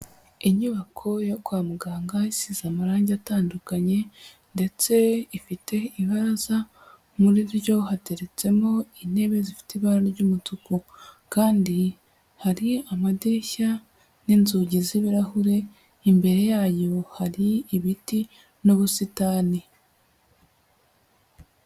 Inyubako yo kwa muganga isize amarangi atandukanye ndetse ifite ibaraza muri ryo hateretsemo intebe zifite ibara ry'umutuku kandi hari amadirishya n'inzugi z'ibirahure imbere yayo hari ibiti n'ubusitani.